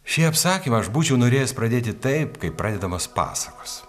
šį apsakymą aš būčiau norėjęs pradėti taip kaip pradedamos pasakos